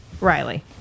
Riley